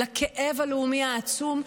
לכאב הלאומי העצום,